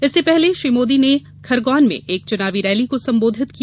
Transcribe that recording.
इससे पहले श्री मोदी ने खरगोन में एक चुनावी रैली को संबोधित किया